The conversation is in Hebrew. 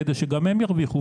כדי שגם הם ירוויחו.